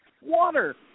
Water